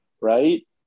right